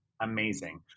Amazing